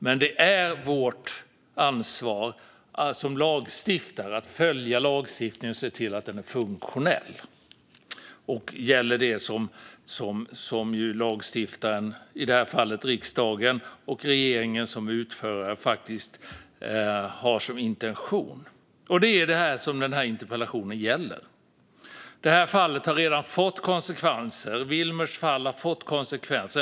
Men det är vårt ansvar som lagstiftare att följa lagstiftningen och se till att den är funktionell och gäller det som lagstiftaren, i det här fallet riksdagen, och regeringen som utförare har som intention. Det är detta som interpellationen gäller. Vilmers fall har redan fått konsekvenser.